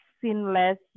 sinless